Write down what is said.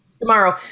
Tomorrow